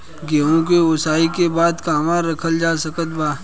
गेहूँ के ओसाई के बाद कहवा रखल जा सकत बा?